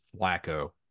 flacco